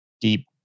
deep